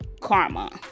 karma